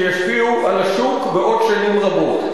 שישפיעו על השוק בעוד שנים רבות.